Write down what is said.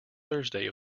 thursday